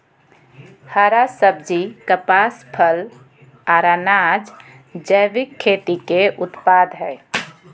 हरा सब्जी, कपास, फल, आर अनाज़ जैविक खेती के उत्पाद हय